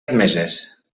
admeses